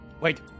Wait